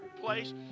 place